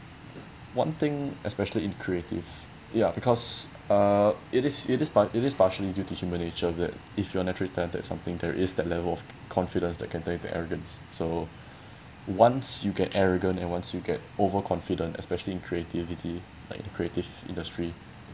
one thing especially in creative ya because uh it is it is par~ it is partially due to human nature that if you're naturally talented something there is that level of confidence that can turn into arrogance so once you get arrogant and once you get overconfident especially in creativity like creative industry